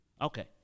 Okay